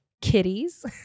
kitties